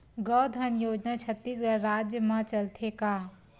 गौधन योजना छत्तीसगढ़ राज्य मा चलथे का?